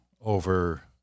over